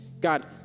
God